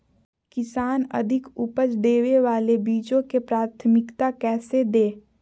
किसान अधिक उपज देवे वाले बीजों के प्राथमिकता कैसे दे?